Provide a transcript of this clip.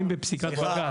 מופיעים בפסיקת בג"ץ.